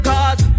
Cause